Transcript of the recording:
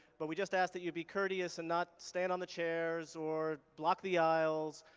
but we just ask that you be courteous and not stand on the chairs or block the aisles,